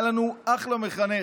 היה לנו אחלה מחנך.